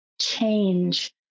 change